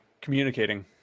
Communicating